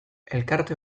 elkarte